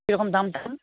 কীরকম দাম টাম